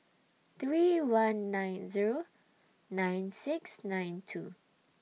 three one nine Zero nine six nine two